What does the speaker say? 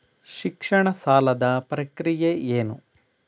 ಶಿಕ್ಷಣ ಸಾಲದ ಪ್ರಕ್ರಿಯೆ ಏನು?